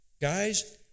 guys